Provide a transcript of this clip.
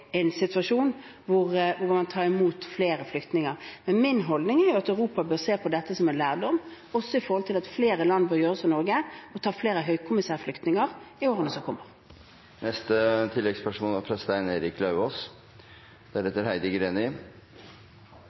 en situasjon hvor man tar imot flere flyktninger. Min holdning er at Europa bør se på dette som en lærdom, også med tanke på at flere land bør gjøre som Norge og ta flere høykommissærflyktninger i årene som kommer. Stein Erik Lauvås